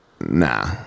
Nah